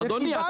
אדוני,